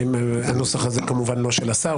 הנוסח הזה כמובן לא של השר,